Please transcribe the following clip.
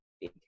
big